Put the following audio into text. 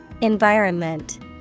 Environment